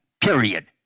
period